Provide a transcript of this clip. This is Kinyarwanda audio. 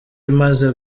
imaze